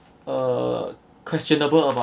uh questionable about